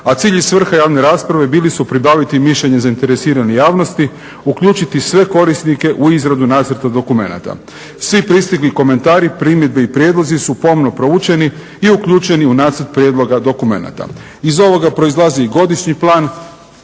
a cilj i svrha javne rasprave bili su pribaviti mišljenje zainteresirane javnosti, uključiti sve korisnike u izradu nacrta dokumenata. Svi pristigli komentari, primjedbi i prijedlozi su pomno proučeni i uključeni u nacrt prijedloga dokumenata. Iz ovoga proizlazi i godišnji plan.